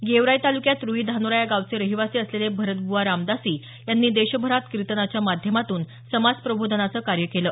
गेवराई तालुक्यात रुई धानोरा या गावचे रहिवासी असलेले भरतबुवा रामदासी यांनी देशभरात कीर्तनाच्या माध्यमातून समाज प्रबोधनाचं कार्य केलं